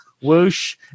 whoosh